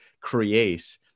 create